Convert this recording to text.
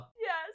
Yes